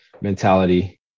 mentality